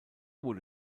wurde